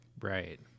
Right